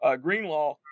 Greenlaw